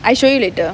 I show you later